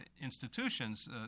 institutions